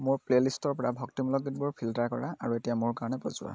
মোৰ প্লে'লিষ্টৰ পৰা ভক্তিমূলক গীতবোৰ ফিল্টাৰ কৰা আৰু এতিয়া মোৰ কাৰণে বজোৱা